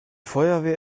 feuerwehr